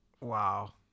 wow